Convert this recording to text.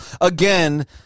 again